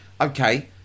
Okay